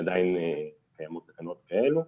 עדיין קיימות תקנות כאלה.